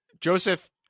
Joseph